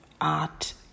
art